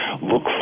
look